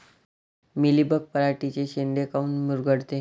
Mealybug पराटीचे चे शेंडे काऊन मुरगळते?